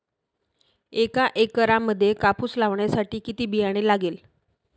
एका एकरामध्ये कापूस लावण्यासाठी किती बियाणे लागेल?